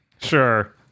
Sure